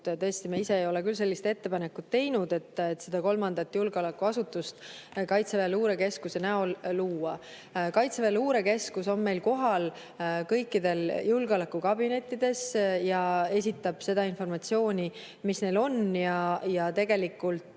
tõesti, me ise ei ole küll sellist ettepanekut teinud, et kolmandat julgeolekuasutust Kaitseväe luurekeskuse näol luua. Kaitseväe luurekeskus on meil kohal kõikides julgeolekukabinettides ja esitab seda informatsiooni, mis neil on. Tegelikult